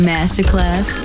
Masterclass